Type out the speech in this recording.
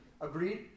Agreed